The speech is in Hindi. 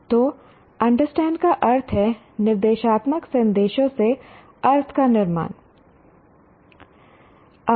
तो अंडरस्टैंड का अर्थ है निर्देशात्मक संदेशों से अर्थ का निर्माण